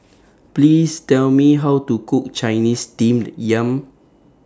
Please Tell Me How to Cook Chinese Steamed Yam